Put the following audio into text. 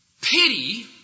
Pity